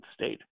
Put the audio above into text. state